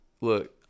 look